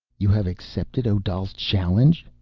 you have accepted odal's challenge?